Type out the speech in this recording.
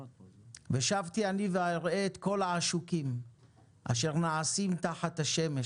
"ושבתי אני ואראה את כל העשוקים אשר נעשים תחת השמש